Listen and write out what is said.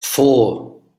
four